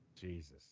Jesus